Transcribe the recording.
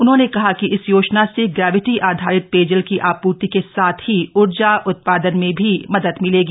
उन्होंने कहा कि इस योजना ग्रैविटी आधारित पेयजल की आपूर्ति के साथ ही ऊर्जा उत्पादन में भी मदद मिलेगी